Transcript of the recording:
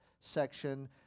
section